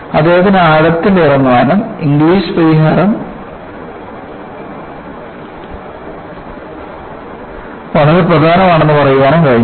അദ്ദേഹത്തിന് ആഴത്തിൽ ഇറങ്ങാനും ഇംഗ്ലിസ് പരിഹാരം വളരെ പ്രധാനമാണെന്ന് പറയാനും കഴിഞ്ഞു